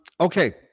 okay